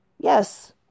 Yes